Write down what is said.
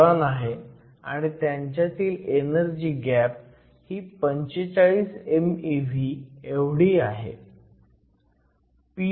हा बोरॉन आहे आणि त्यांच्यातील एनर्जी गॅप ही 45 mev एवढी आहे